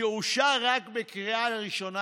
שאושר רק בקריאה הראשונה,